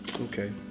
okay